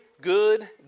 good